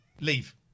Leave